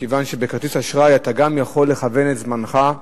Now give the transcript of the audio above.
בכרטיס אשראי אתה יכול לכוון את זמנך,